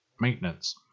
maintenance